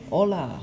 Hola